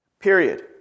Period